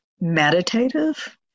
meditative